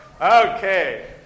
Okay